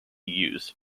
used